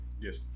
yes